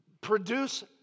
produce